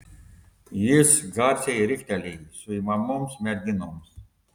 jis garsiai riktelėjo suimamoms merginoms